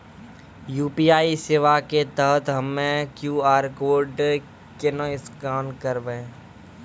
UPI सेवा के तहत हम्मय क्यू.आर कोड केना स्कैन करबै?